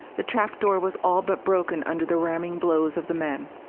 the trap door was all but broken under the ramming blows of the men.